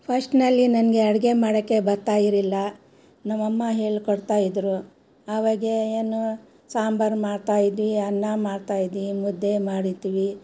ಫಸ್ಟ್ನಲ್ಲಿ ನನಗೆ ಅಡಿಗೆ ಮಾಡಕ್ಕೆ ಬತ್ತಾಯಿರಿಲ್ಲ ನಮ್ಮಅಮ್ಮ ಹೇಳ್ಕೊಡ್ತಾಯಿದ್ರು ಅವಾಗ ಏನು ಸಾಂಬಾರ್ ಮಾಡ್ತಾಯಿದ್ವಿ ಅನ್ನ ಮಾಡ್ತಾಯಿದ್ವಿ ಮುದ್ದೆ ಮಾಡಿದ್ವಿ